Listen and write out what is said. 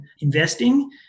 investing